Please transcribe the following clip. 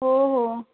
हो हो